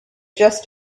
just